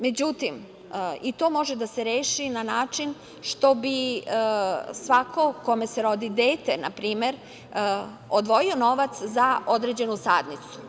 Međutim, i to može da se reši na način što bi svako kome se rodi dete, na primer, odvojio novac za određenu sadnicu.